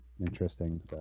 interesting